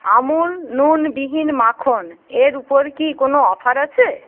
আমূল নুনবিহীন মাখনের উপর কি কোনো অফার আছে